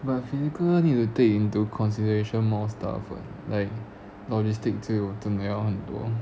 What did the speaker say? but physical need to take into consideration more stuff what like logistic